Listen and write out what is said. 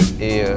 et